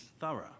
thorough